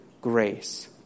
grace